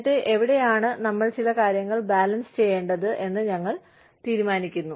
എന്നിട്ട് എവിടെയാണ് നമ്മൾ ചില കാര്യങ്ങൾ ബാലൻസ് ചെയ്യേണ്ടത് എന്ന് ഞങ്ങൾ തീരുമാനിക്കുന്നു